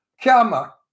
Chiama